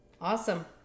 Awesome